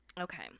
okay